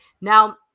Now